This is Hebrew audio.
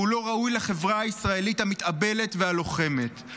והוא לא ראוי לחברה הישראלית המתאבלת הלוחמת.